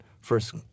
First